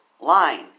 line